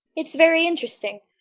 it's very interesting.